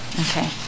Okay